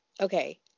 okay